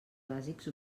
bàsics